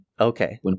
Okay